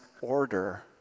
order